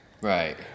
Right